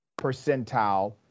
percentile